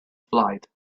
flight